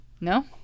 No